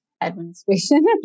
administration